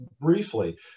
briefly